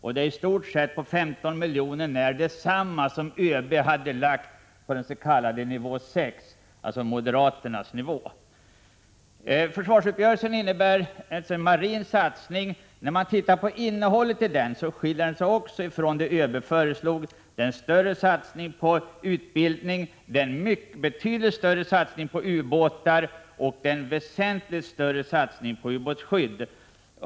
För marinen ger uppgörelsen, på 15 miljoner när, detsamma som ÖB ekonomiskt hade föreslagit på den s.k. nivå 6, alltså moderaternas nivå. Försvarsuppgörelsen innebär alltså en marin satsning. När man ser till innehållet, visar det sig att det också skiljer sig från vad ÖB föreslog. Det är en större satsning på utbildning, en betydligt större satsning på ubåtar, på ubåtsskydd och på tung kustrobot.